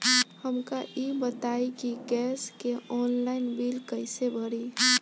हमका ई बताई कि गैस के ऑनलाइन बिल कइसे भरी?